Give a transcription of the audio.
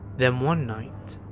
then, one night,